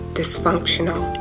dysfunctional